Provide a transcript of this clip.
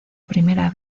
primera